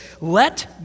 let